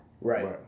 Right